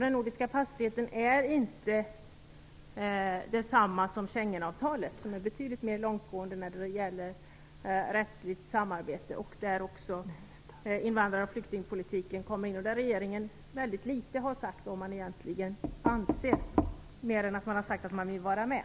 Den nordiska passfriheten är inte detsamma som Schengenavtalet, som är betydligt mer långtgående när det gäller rättsligt samarbete och där även invandrar och flyktingpolitiken kommer in. Regeringen har sagt väldigt litet om vad man egentligen anser, mer än att man vill vara med.